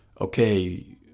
Okay